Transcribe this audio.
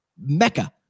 Mecca